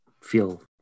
feel